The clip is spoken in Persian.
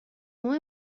نوع